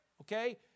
okay